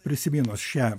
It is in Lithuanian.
prisiminus šią